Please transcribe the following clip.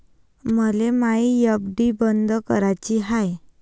मले मायी एफ.डी बंद कराची हाय